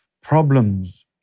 problems